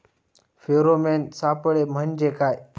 Pheromone सापळे म्हंजे काय?